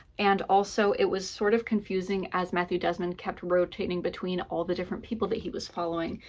and also, it was sort of confusing as matthew desmond kept rotating between all the different people that he was following.